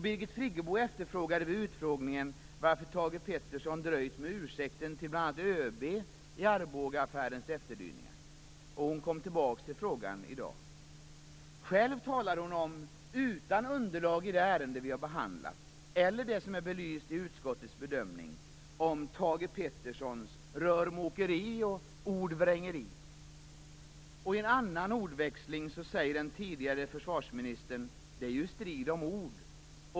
Birgit Friggebo efterfrågade vid utfrågningen varför Thage Petersson dröjt med ursäkten till bl.a. ÖB i Arbogaaffärens efterdyningar. Hon kom tillbaka till frågan i dag. Själv talar hon - utan något underlag i det ärende vi har behandlat och utan att det är något som belysts i utskottets bedömning - om Thage Petersons "rörmokeri och ordvrängeri". I en annan ordväxling säger den tidigare försvarsministern: "Det är ju strid om ord."